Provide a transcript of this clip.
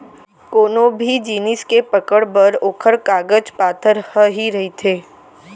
कोनो भी जिनिस के पकड़ बर ओखर कागज पातर ह ही रहिथे